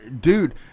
Dude